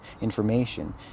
information